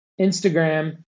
Instagram